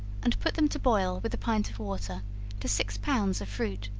and put them to boil with a pint of water to six pounds of fruit,